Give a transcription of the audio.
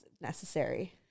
necessary